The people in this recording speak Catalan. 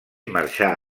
marxà